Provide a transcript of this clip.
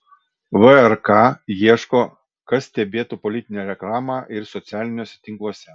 vrk ieško kas stebėtų politinę reklamą ir socialiniuose tinkluose